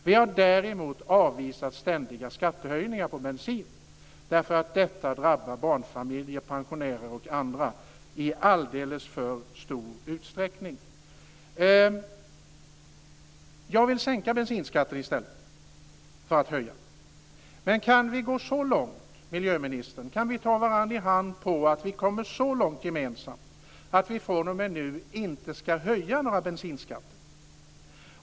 Vi har däremot avvisat ständiga skattehöjningar på bensin, då detta drabbar barnfamiljer, pensionärer och andra i alldeles för stor utsträckning. Jag vill sänka bensinskatter i stället för att höja. Men kan vi ta varandra i hand, miljöministern, på att vi kommit så långt gemensamt att vi fr.o.m. nu inte ska höja några bensinskatter?